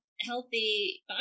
healthy